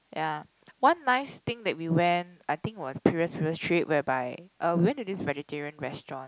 ya one nice thing that we went I think was previous previous trip whereby uh we went to this vegetarian restaurant